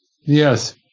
Yes